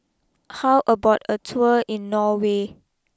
how about a tour in Norway